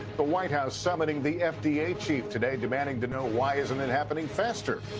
the white house summoning the fda chief today demanding to know why isn't it happening faster.